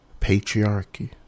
patriarchy